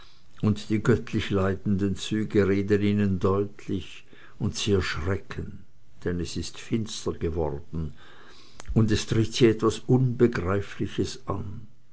und die göttlich leidenden züge reden ihnen deutlich und sie erschrecken denn es ist finster geworden und es tritt sie etwas unbegreifliches an